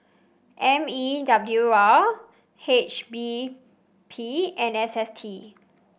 M E W R H B P and S S T